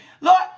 Lord